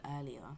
earlier